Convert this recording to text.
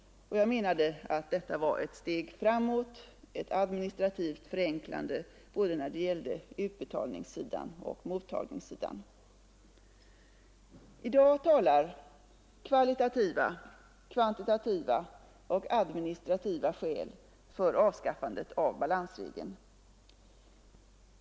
Jag menade att detta var ett steg framåt, ett administrativt förenklande när det gällde både utbetalningssidan och mottagningssidan. I dag talar kvalitativa, kvantitativa och administrativa skäl för ett avskaffande av balansregeln.